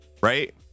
right